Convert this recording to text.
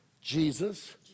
Jesus